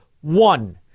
one